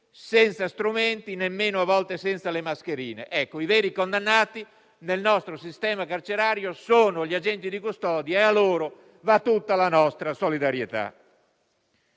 senza strumenti e a volte senza nemmeno le mascherine. Ecco, i veri condannati nel nostro sistema carcerario sono gli agenti di custodia, cui va tutta la nostra solidarietà.